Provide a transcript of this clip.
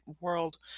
world